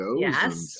Yes